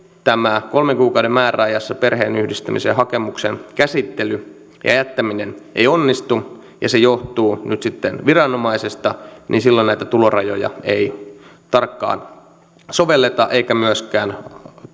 kolmen kuukauden määräajassa tämä perheenyhdistämisen hakemuksen käsittely ja jättäminen ei onnistu ja se johtuu nyt sitten viranomaisesta niin silloin näitä tulorajoja ei tarkkaan sovelleta eikä myöskään